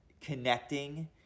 connecting